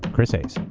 chris hayes.